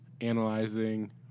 analyzing